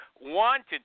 wanted